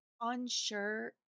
unsure